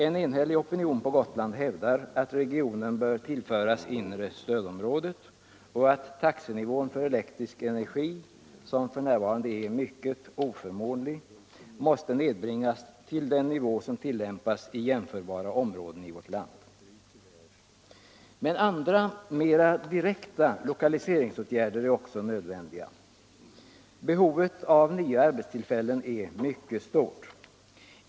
En enhällig opinion på Gotland hävdar att regionen bör tillföras inre stödområdet och att taxenivån för elektrisk energi, som f. n. är mycket oförmånlig, måste nedbringas till den nivå som tillämpas i jämförbara områden i vårt land. Men andra mera direkta stödåtgärder är också nödvändiga. Behovet av nya arbetstillfällen är mycket stort.